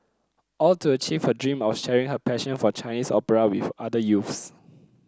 all to achieve her dream of sharing her passion for Chinese opera with other youths